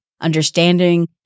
understanding